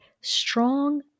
strong